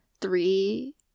three